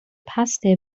پَست